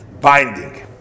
binding